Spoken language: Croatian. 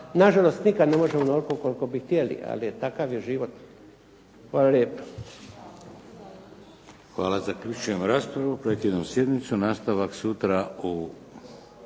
Nažalost, nikad ne možemo onoliko koliko bi htjeli, ali takav je život. Hvala lijepo. **Šeks, Vladimir (HDZ)** Hvala. Zaključujem raspravu. Prekidam sjednicu. Nastavak sutra u